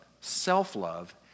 self-love